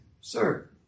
Sir